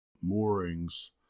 moorings